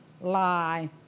lie